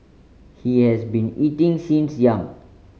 he has been eating since young